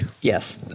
Yes